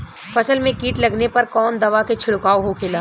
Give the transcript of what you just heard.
फसल में कीट लगने पर कौन दवा के छिड़काव होखेला?